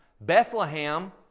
Bethlehem